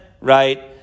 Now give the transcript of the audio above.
right